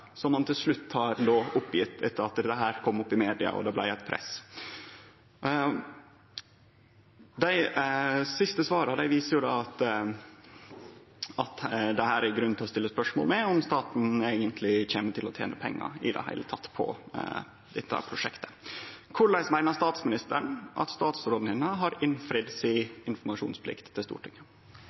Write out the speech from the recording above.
som han til slutt har opplyst om etter at dette kom opp i media, og det blei eit press. Dei siste svara viser at det er grunn til å stille spørsmål ved om staten eigentleg kjem til å tene pengar i det heile på dette prosjektet. Korleis meiner statsministeren at statsråden hennar har innfridd si informasjonaplikt til Stortinget?